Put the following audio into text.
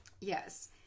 Yes